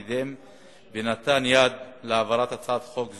קידם ונתן יד להעברת הצעת חוק זו,